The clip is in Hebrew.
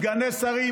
סגני שרים,